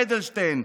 אדלשטיין,